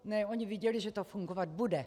Ne, oni viděli, že to fungovat bude.